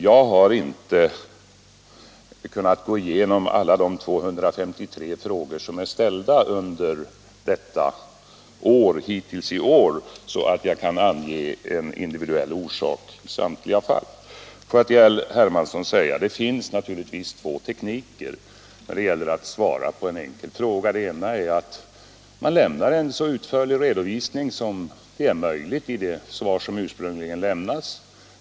Jag har inte kunna gå igenom alla de 253 frågor som är ställda hittills i år så att jag kan ange en individuell orsak i samtliga fall. Får jag till herr Hermansson säga att det finns naturligtvis två tekniker när det gäller att svara på en enkel fråga. Den ena är att man ger en så utförlig redovisning som möjligt i det svar som ursprungligen lämnas.